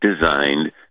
designed